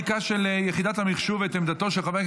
ייצוג לנשים בדירקטוריונים של חברות ציבוריות),